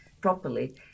properly